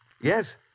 Yes